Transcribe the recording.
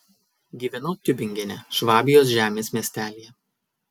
gyvenau tiubingene švabijos žemės miestelyje